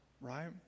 right